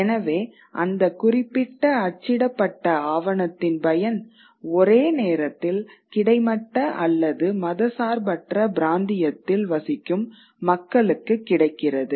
எனவே அந்த குறிப்பிட்ட அச்சிடப்பட்ட ஆவணத்தின் பயன் ஒரே நேரத்தில் கிடைமட்ட அல்லது மதச்சார்பற்ற பிராந்தியத்தில் வசிக்கும் மக்களுக்கு கிடைக்கிறது